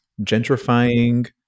gentrifying